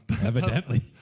Evidently